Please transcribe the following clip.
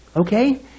Okay